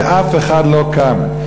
ואף אחד לא קם.